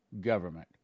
government